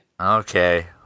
Okay